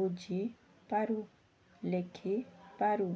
ବୁଝିପାରୁ ଲେଖିପାରୁ